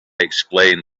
explained